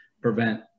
prevent